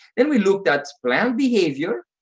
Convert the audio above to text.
then we looked at planned behavior